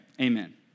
amen